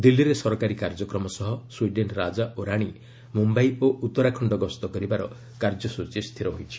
ଦିଲ୍ଲୀରେ ସରକାରୀ କାର୍ଯ୍ୟକ୍ରମ ସହ ସ୍ୱିଡେନ୍ ରାଜା ଓ ରାଣୀ ମୁମ୍ୟାଇ ଓ ଉତ୍ତରାଖଣ୍ଡ ଗସ୍ତ କରିବାର କାର୍ଯ୍ୟସ୍କଚୀ ସ୍ଥିର ହୋଇଛି